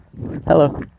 Hello